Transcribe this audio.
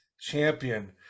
champion